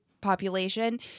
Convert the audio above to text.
population